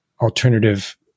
alternative